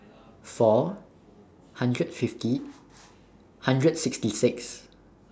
four hundred fifty hundred sixty six